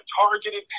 targeted